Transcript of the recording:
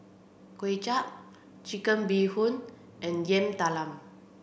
Kuay Chap Chicken Bee Hoon and Yam Talam